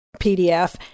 PDF